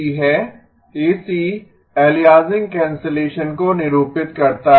यह AC है AC aliasing cancellation को निरूपित करता है